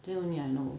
then only I not working